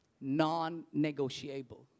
Non-negotiable